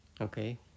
okay